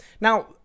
Now